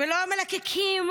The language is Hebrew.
לא המלקקים,